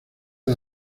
del